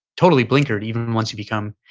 totally blinkered even and once you become,